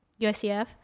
uscf